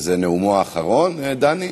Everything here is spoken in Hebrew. שזה נאומו האחרון, דני?